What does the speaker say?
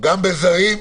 בזרים?